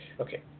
Okay